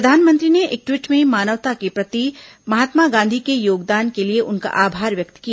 प्रधानमंत्री ने एक ट्वीट में मानवता के प्रति महात्मा गांधी के योगदान के लिए उनका आभार व्यक्त किया